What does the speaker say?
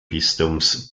bistums